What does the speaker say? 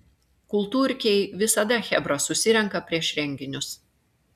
kultūrkėj visada chebra susirenka prieš renginius